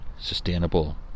sustainable